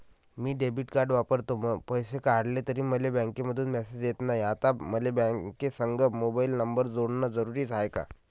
मी debit card वापरतो, पैसे काढले तरी मले बँकेमंधून मेसेज येत नाय, आता मले बँकेसंग मोबाईल नंबर जोडन जरुरीच हाय का?